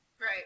right